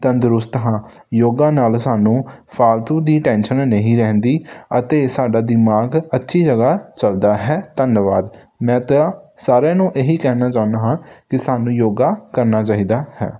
ਤੰਦਰੁਸਤ ਹਾਂ ਯੋਗਾ ਨਾਲ ਸਾਨੂੰ ਫਾਲਤੂ ਦੀ ਟੈਨਸ਼ਨ ਨਹੀਂ ਰਹਿੰਦੀ ਅਤੇ ਸਾਡਾ ਦਿਮਾਗ ਅੱਛੀ ਜਗ੍ਹਾ ਚੱਲਦਾ ਹੈ ਧੰਨਵਾਦ ਮੈਂ ਤਾਂ ਸਾਰਿਆਂ ਨੂੰ ਇਹੀ ਕਹਿਣਾ ਚਾਹੁੰਦਾ ਹਾਂ ਕਿ ਸਾਨੂੰ ਯੋਗਾ ਕਰਨਾ ਚਾਹੀਦਾ ਹੈ